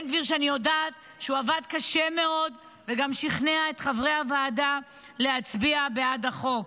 אני יודעת שהוא עבד קשה מאוד וגם שכנע את חברי הוועדה להצביע בעד החוק.